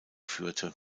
führte